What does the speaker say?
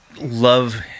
love